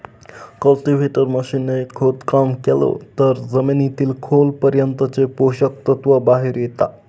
cultivator machine ने खोदकाम केलं तर जमिनीतील खोल पर्यंतचे पोषक तत्व बाहेर येता